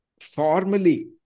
formally